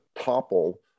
topple